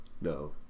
no